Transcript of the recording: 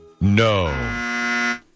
No